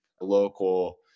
local